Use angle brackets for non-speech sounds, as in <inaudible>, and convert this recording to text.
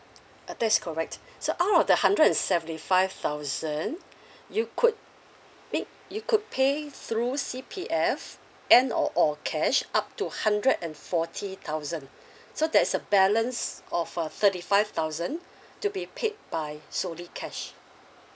uh that's correct so out of the hundred and seventy five thousand <breath> you could pick you could pay through C_P_F and or or cash up to hundred and forty thousand <breath> so there is a balance of a thirty five thousand to be paid by solely cash